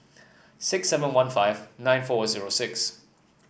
six seven one five nine four zero six